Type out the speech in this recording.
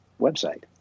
website